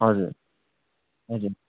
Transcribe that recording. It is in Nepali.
हजुर हजुर